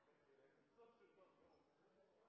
statsråd